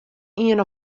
ien